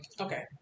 Okay